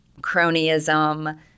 cronyism